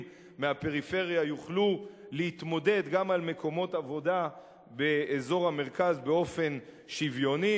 מהפריפריה יוכלו להתמודד גם על מקומות עבודה באזור המרכז באופן שוויוני.